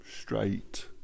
straight